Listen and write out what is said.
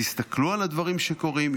הסתכלו על הדברים שקורים,